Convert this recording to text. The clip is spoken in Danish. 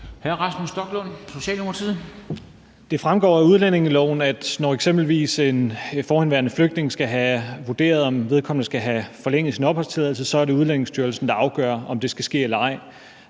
14:02 Rasmus Stoklund (S): Det fremgår af udlændingeloven, at når eksempelvis en forhenværende flygtning skal have vurderet, om vedkommende skal have forlænget sin opholdstilladelse, så er det Udlændingestyrelsen, der afgør, om det skal ske eller ej.